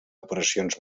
operacions